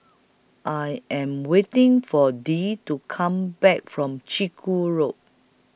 I Am waiting For Dee to Come Back from Chiku Road